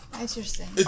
Interesting